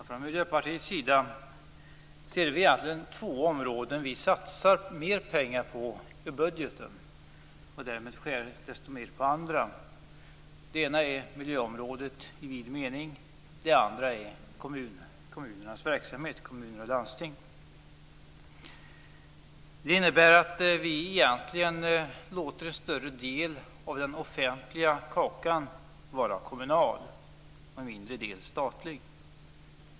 Herr talman! Från Miljöpartiets sida ser vi alltså två områden där vi satsar mer pengar i budgeten och därmed skär ned desto mer på andra. Det ena är miljöområdet i vid mening. Det andra är kommunernas och landstingens verksamhet. Det innebär att vi egentligen låter en större del av den offentliga kakan vara kommunal och en mindre del statlig.